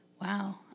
Wow